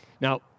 Now